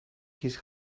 his